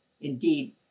Indeed